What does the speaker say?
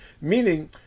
Meaning